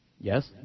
Yes